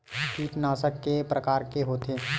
कीटनाशक के प्रकार के होथे?